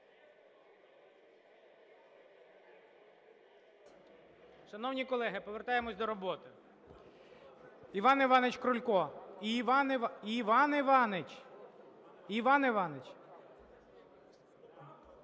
Шановні колеги, повертаємося до роботи! Іван Іванович Крулько! Іван Іванович! Іван Іванович!